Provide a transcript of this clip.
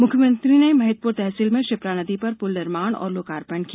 मुख्यमंत्री ने महिदपुर तहसील में क्षिप्रा नदी पर पूल निर्माण का लोकार्पण किया